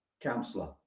councillor